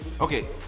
Okay